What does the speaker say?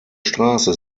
straße